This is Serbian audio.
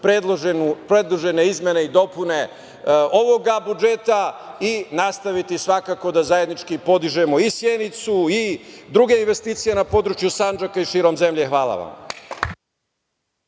predložene izmene i dopune ovog budžeta i nastaviti svakako da zajednički podižemo i Sjenicu i druge investicije na području Sandžaka i širom zemlje. Hvala vam.